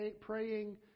praying